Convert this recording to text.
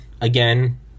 again